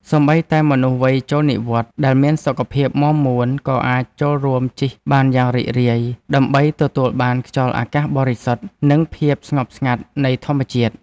សូម្បីតែមនុស្សវ័យចូលនិវត្តន៍ដែលមានសុខភាពមាំមួន ក៏អាចចូលរួមជិះបានយ៉ាងរីករាយ ដើម្បីទទួលបានខ្យល់អាកាសបរិសុទ្ធ និងភាពស្ងប់ស្ងាត់នៃធម្មជាតិ។